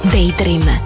Daydream